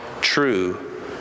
true